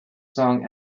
song